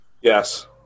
Yes